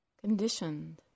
conditioned